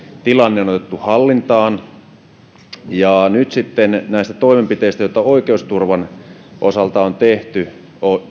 tilanne on otettu hallintaan nyt sitten näistä toimenpiteistä joita oikeusturvan osalta on tehty